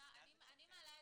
הוא אומר שבמהות